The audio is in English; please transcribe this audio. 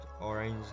orange